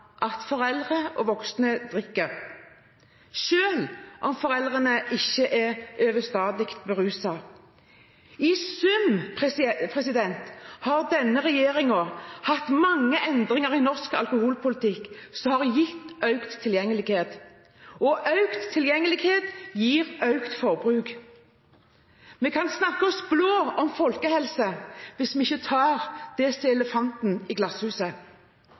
at foreldre og voksne drikker, selv om foreldrene ikke er overstadig beruset. I sum har denne regjeringen gjort mange endringer i norsk alkoholpolitikk som har gitt økt tilgjengelighet. Og økt tilgjengelighet gir økt forbruk. Vi kan snakke oss blå om folkehelse hvis vi ikke tar det som er elefanten i glasshuset.